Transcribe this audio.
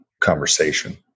conversation